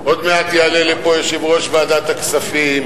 עוד מעט יעלה לפה יושב-ראש ועדת הכספים,